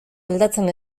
aldatzen